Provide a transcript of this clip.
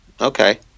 Okay